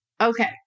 Okay